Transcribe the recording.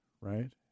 right